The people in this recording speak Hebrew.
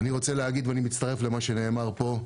אני רוצה להגיד ואני מצטרף למה שנאמר פה.